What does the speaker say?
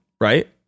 right